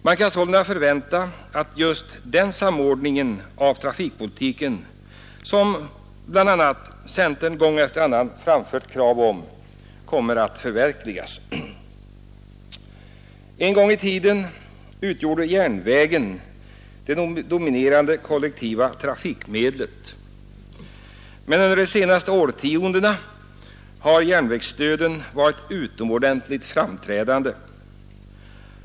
Man kan sålunda förvänta att just den samordning av trafikpolitiken som bl.a. centern gång efter annan har framfört krav om kommer att förverkligas. En gång i tiden utgjorde järnvägen det dominerande kollektiva trafikmedlet, men under de senaste årtiondena har järnvägsdöden varit utomordentligt framträdande.